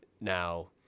now